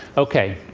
ok.